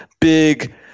big